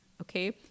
okay